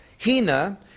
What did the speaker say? hina